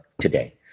today